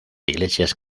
iglesias